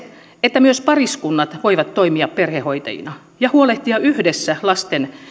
että myös pariskunnat voivat toimia perhehoitajina ja huolehtia yhdessä esimerkiksi lasten